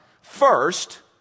First